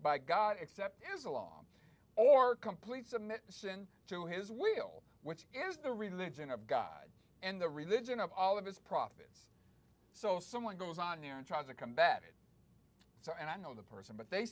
by god except as a law or complete submission to his will which is the religion of god and the religion of all of his prophets so someone goes on there and tries to combat it so and i know the person but they